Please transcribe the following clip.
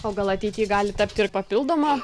o gal ateity gali tapti ir papildoma